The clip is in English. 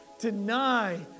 Deny